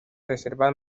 reservas